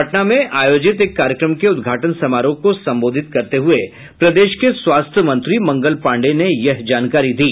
पटना में आयोजित एक कार्यक्रम के उद्घाटन समारोह को संबोधित करते हुये प्रदेश के स्वास्थ्य मंत्री मंगल पाण्डेय ने यह जानकारी दी